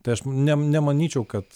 tai aš ne nemanyčiau kad